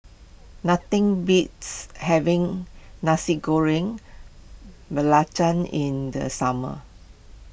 nothing beats having Nasi Goreng Belacan in the summer